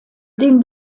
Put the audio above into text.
den